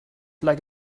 like